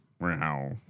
Wow